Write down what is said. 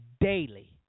daily